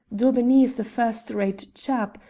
daubeney is a first-rate chap,